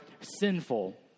sinful